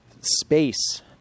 space